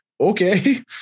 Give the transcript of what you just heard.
okay